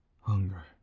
Hunger